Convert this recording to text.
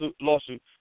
lawsuit